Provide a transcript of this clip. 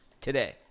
today